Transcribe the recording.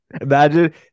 Imagine